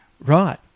Right